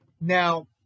Now